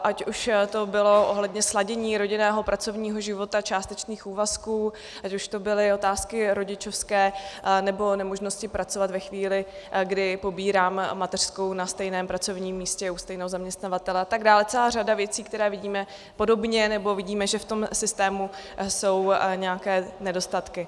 Ať už to bylo ohledně sladění rodinného pracovního života, částečných úvazků, ať už to byly otázky rodičovské nebo nemožnosti pracovat ve chvíli, kdy pobírám mateřskou na stejném pracovním místě u stejného zaměstnavatele atd., celá řada věcí, které vidíme podobně, nebo vidíme, že v tom systému jsou nějaké nedostatky.